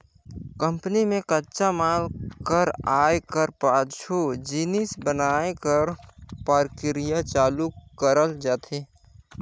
company में कच्चा माल कर आए कर पाछू जिनिस बनाए कर परकिरिया चालू करल जाथे